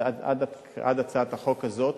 עד הצעת החוק הזאת,